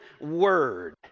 word